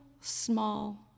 small